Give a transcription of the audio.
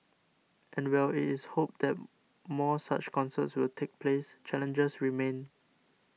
and while it is hoped that more such concerts will take place challenges remain